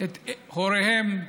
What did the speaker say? את הוריהם,